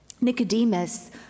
Nicodemus